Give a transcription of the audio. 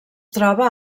troba